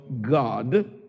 God